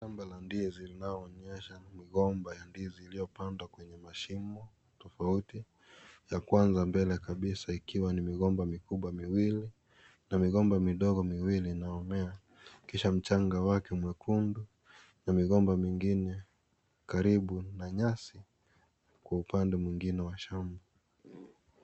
Shamba la ndizi linalooenyesha migomba ya ndizi iliyopandwa kwenye mashimo tofauti ya kwanza mbele kabisa ikiwa ni migomba mikubwa miwili na migomba midogo miwili inayomea kisha mchanga wake mwekundu na migomba mingine karibu na nyasi kwa upande mwingine wa shamba.